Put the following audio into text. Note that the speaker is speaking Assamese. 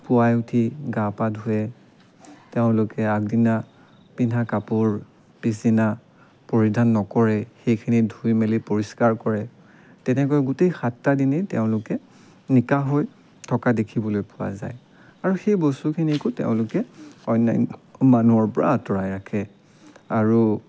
পুৱাই উঠি গা পা ধোৱে তেওঁলোকে আগদিনা পিন্ধা কাপোৰ পিছদিনা পৰিধান নকৰে সেইখিনি ধুই মেলি পৰিষ্কাৰ কৰে তেনেকৈ গোটেই সাতটা দিনেই তেওঁলোকে নিকা হৈ থকা দেখিবলৈ পোৱা যায় আৰু সেই বস্তুখিনিকো তেওঁলোকে অন্যান্য মানুহৰ পৰা আঁতৰাই ৰাখে আৰু